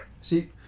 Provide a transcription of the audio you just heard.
See